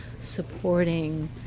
supporting